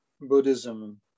Buddhism